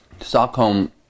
Stockholm